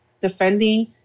defending